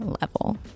level